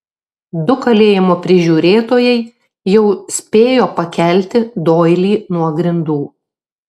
du kalėjimo prižiūrėtojai jau spėjo pakelti doilį nuo grindų